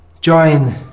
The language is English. join